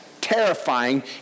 terrifying